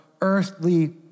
earthly